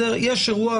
יש אירוע,